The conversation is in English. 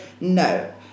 No